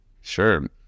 Sure